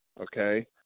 Okay